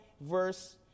verse